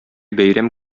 бәйрәм